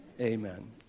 amen